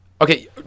okay